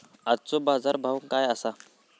आजचो बाजार भाव काय आसा?